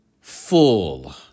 full